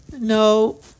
No